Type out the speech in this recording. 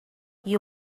you